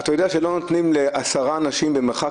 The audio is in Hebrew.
אתה יודע שלא נותנים לעשרה אנשים להתפלל במרחב